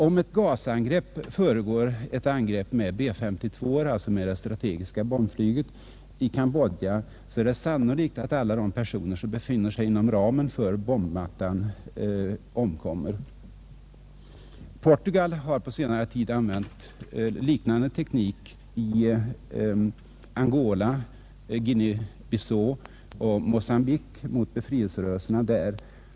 Om ctt gasangrepp föregår ett angrepp 1 Kambodja med B 52:or, alltsä det strategiska bombflyget, är det sannolikt att alla de personer som befinner sig inom ramen för bombmattan omkommer. Portugal har på senare tid använt liknande teknik mot befrielserörelserna i Angola, Guinea-Bissau och Mozambique.